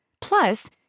Plus